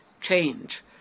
change